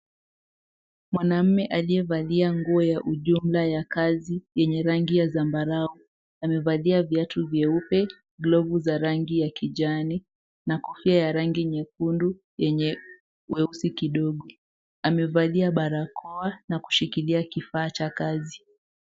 Mwanaume aliyevalia nguo ya ujumla ya kazi yenye rangi ya zambarau amevalia viatu nyeupe, glovu ya rangi ya kijani na kofia yenye rangi nyekundu yenye weusi kidogo. Amevalia barakoa na kushikilia kifaa cha kazi.